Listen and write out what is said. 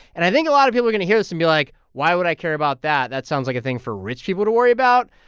and i think a lot of people are going to hear this and be like, why would i care about that? that sounds like a thing for rich people to worry about.